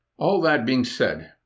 all that being said,